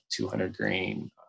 200-grain